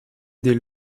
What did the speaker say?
des